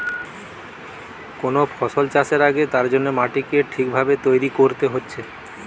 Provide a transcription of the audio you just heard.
কোন ফসল চাষের আগে তার জন্যে মাটিকে ঠিক ভাবে তৈরী কোরতে হচ্ছে